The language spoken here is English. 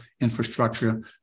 infrastructure